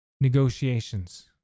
negotiations